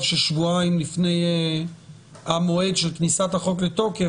ששבועיים לפני המועד של כניסת החוק לתוקף,